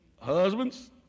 Husbands